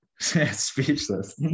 Speechless